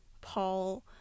Paul